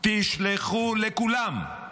תשלחו לכולם.